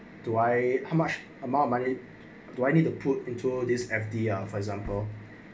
do I how much amount of money do I need to put into this F_D ah for example